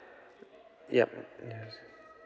yup